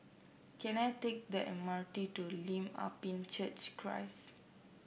can I take the M R T to Lim Ah Pin Church Christ